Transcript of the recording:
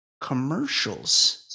commercials